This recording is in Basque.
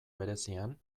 berezian